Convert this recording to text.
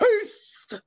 Peace